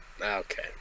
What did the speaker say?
Okay